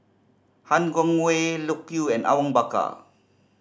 Han Guangwei Loke Yew and Awang Bakar